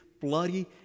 bloody